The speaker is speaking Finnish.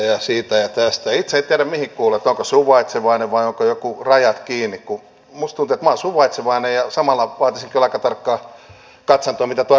minusta tuntuu että minä olen suvaitsevainen vai onko joku rajat kiinni kun mustuuden ja samalla vaatisin kyllä aika tarkkaa katsantoa mitä tuolla rajoilla tapahtuu